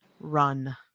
Run